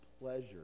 pleasure